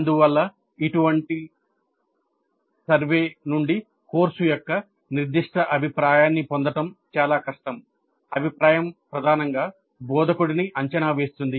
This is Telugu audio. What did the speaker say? అందువల్ల అటువంటి సర్వే నుండి కోర్సు యొక్క నిర్దిష్ట అభిప్రాయాన్ని పొందడం చాలా కష్టం అభిప్రాయం ప్రధానంగా బోధకుడిని అంచనా వేస్తుంది